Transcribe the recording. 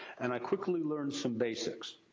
and, i quickly learned some basics